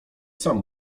sam